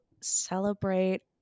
celebrate